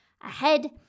ahead